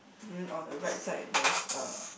um on the right side there's a